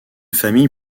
famille